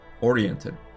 oriented